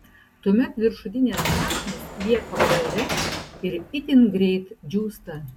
tuomet viršutinės šaknys lieka ore ir itin greit džiūsta